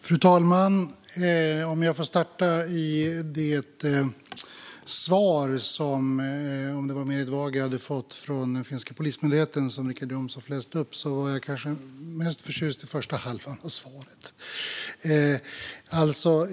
Fru talman! Låt mig starta i det svar som Merit Wager, var det väl, hade fått från den finska polismyndigheten och som Richard Jomshof läste upp. Jag är kanske mest förtjust i första halvan av svaret.